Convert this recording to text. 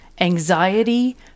anxiety